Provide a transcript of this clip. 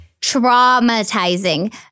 Traumatizing